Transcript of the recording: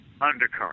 undercurrent